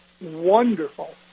wonderful